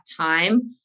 time